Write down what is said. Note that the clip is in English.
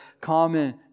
common